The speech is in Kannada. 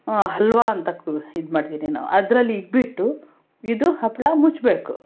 ಹಲ್ವ ಅಂತ ಇದು ಮಾಡ್ತೀನಿ ನಾನು ಅದರಲ್ಲಿ ಇಟ್ಬಿಟ್ಟು ಇದು ಹಪ್ಪಳ ಮುಚ್ಚಬೇಕು